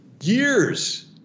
years